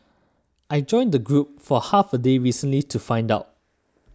I joined the group for half a day recently to find out